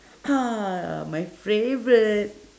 ha my favourite